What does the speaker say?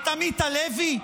את עמית הלוי?